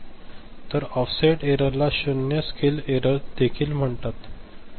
तर ऑफसेट एररला शून्य स्केल एरर देखील म्हणतात